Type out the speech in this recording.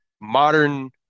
modern